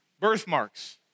birthmarks